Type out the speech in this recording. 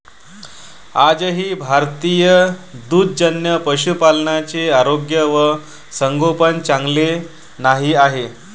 आजही भारतीय दुग्धजन्य पशुपालकांचे आरोग्य व संगोपन चांगले नाही आहे